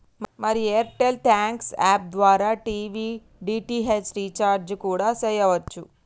మరి Airtel thanks app ద్వారా TV DTH recharge కూడా సెయ్యవచ్చు